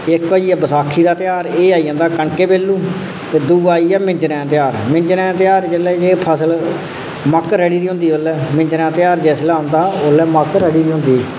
इक होई गेआ बसाखी दा तेहार एह् आई जंदा कनका बेल्लै ते दूआ आई गेआ मिंजरें दा तेहार मिंजरें दा तेहार जेल्लै कि जेहड़ी फसल मक्क रढ़ी दी होंदी उसलै मिंजरें दा तेहार जिसलै ओंदा उसलै मक्क रढ़ी दी होंदी